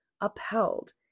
upheld